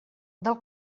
del